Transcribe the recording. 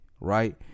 Right